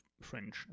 French